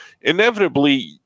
inevitably